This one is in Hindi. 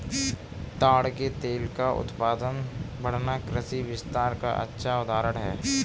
ताड़ के तेल का उत्पादन बढ़ना कृषि विस्तार का अच्छा उदाहरण है